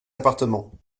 appartement